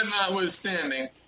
notwithstanding